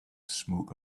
smoke